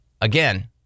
again